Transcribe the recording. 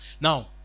Now